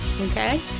okay